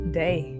day